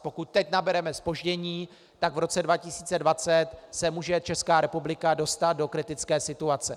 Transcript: Pokud teď nabereme zpoždění, tak v roce 2020 se může Česká republika dostat do kritické situace.